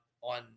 on